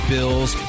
Bills